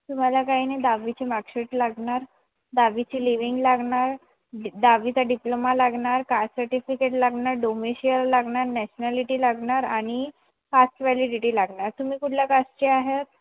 तुम्हाला काय नाही दहावीची मार्कशीट लागणार दहावीची लिविंग लागणार डी दहावीचा डिप्लोमा लागणार कास्ट सर्टिफिकेट लागणार डोमेशियल लागणार नॅशनॅलिटी लागणार आणि कास्ट वॅलिडिटी लागणार तुम्ही कुठल्या कास्टचे आहेत